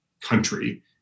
country